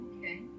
okay